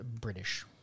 British